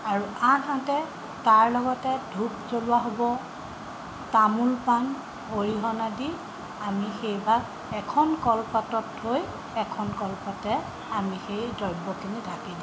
আৰু আনহাতে তাৰ লগতে ধূপ জ্বলোৱা হ'ব তামোল পাণ অৰিহণা দি আমি সেইভাগ এখন কলপাতত থৈ এখন কলপাতেৰে আমি সেই দ্ৰব্যখিনি ঢাকি দিওঁ